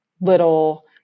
little